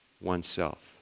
oneself